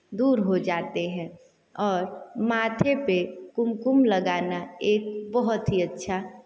दूर हो जाते हैं और माथे पर कुमकुम लगाना एक बहुत ही अच्छा